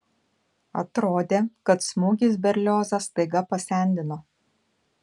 atrodė kad smūgis berliozą staiga pasendino